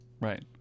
Right